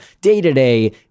Day-to-day